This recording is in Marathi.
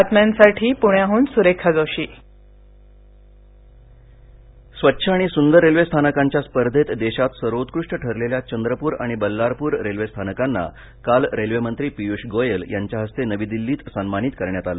रेल्वे स्थानक प्रस्कार स्वच्छ आणि सुंदर रेल्वे स्थानकांच्या स्पर्धेत देशात सर्वोत्कृष्ट ठरलेल्या चंद्रपूर आणि बल्लारपूर रेल्वे स्थानकांना काल रेल्वेमंत्री पियुष गोयल यांच्या हस्ते नवी दिल्लीत सन्मानित करण्यात आलं